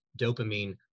dopamine